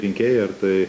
rinkėjai ar tai